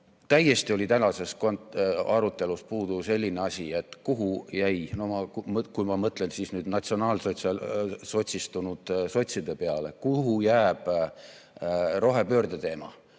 Täiesti oli tänases arutelus puudu selline asi: kuhu jäi – kui ma mõtlen natsionaalsotsistunud sotside peale –, kuhu jäi rohepöörde teema?